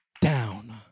down